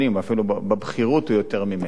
אפילו בבכירות הוא יותר ממני.